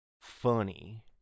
funny